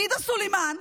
עאידה סלימאן,